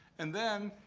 and then,